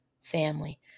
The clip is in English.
family